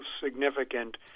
significant